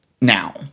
now